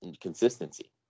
consistency